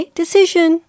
decision